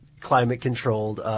climate-controlled